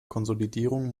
konsolidierung